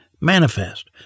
manifest